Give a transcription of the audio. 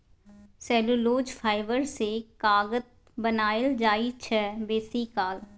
cellulose fibre सँ कागत बनाएल जाइ छै बेसीकाल